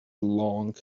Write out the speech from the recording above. long